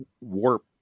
warp